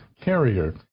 Carrier